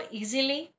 easily